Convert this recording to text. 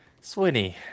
Swinny